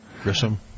Grissom